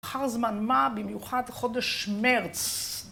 אחר זמן מה? במיוחד חודש מרץ.